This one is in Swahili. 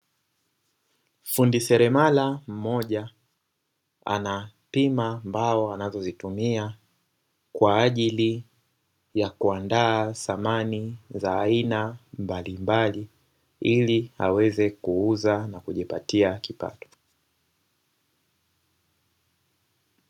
Fundi seremala mmoja anapima mbao anazozitumia kwa ajili ya kuandaa samani za aina mbalimbali ili aweze kuuza na kujipatia kipato.